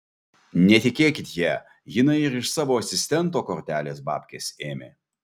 netikėkit ja jinai ir iš savo asistento kortelės babkes ėmė